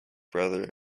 brother